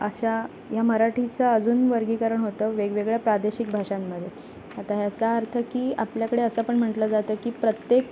अशा या मराठीचं अजून वर्गीकरण होतं वेगवेगळ्या प्रादेशिक भाषांमध्ये आता ह्याचा अर्थ की आपल्याकडे असं पण म्हटलं जातं की प्रत्येक